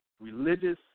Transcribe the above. religious